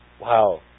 Wow